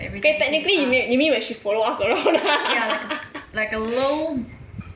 okay technically you me~ you mean where she follow us like around ah